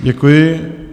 Děkuji.